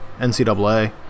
NCAA